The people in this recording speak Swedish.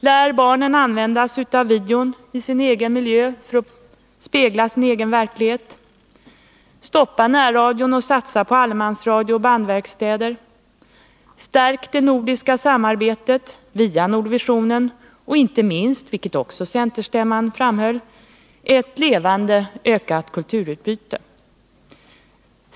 Lär barnen använda video i sin egen miljö för att spegla sin egen verklighet. Stoppa närradion och satsa på allemansradio och bandverkstäder. Stärk det nordiska samarbetet via Nordvisionen och, inte minst — vilket också centerstämman framhöll — ett levande ökat kulturutbud.